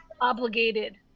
obligated